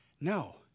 No